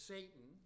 Satan